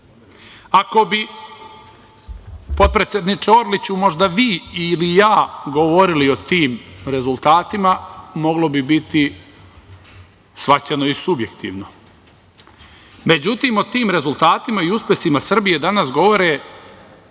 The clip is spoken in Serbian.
Ako bi potpredsedniče, Orliću, možda vi ili ja govorili o tim rezultatima, moglo bi biti shvaćeno i subjektivno, međutim o tim rezultatima i uspesima Srbije danas govore